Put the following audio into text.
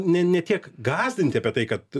ne ne tiek gąsdinti apie tai kad